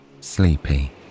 sleepy